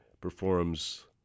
performs